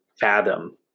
fathom